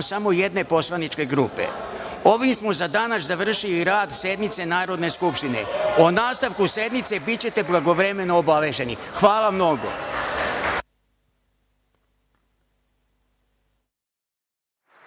samo jedne poslaničke grupe. Ovim smo za danas završili rad sednice Narodne skupštine.O nastavku sednice bićete blagovremeno obavešteni. Hvala vam mnogo.